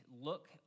look